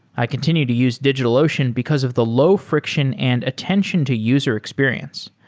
i continue to use digitalocean because of the low friction and attention to user experience.